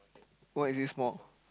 why is it small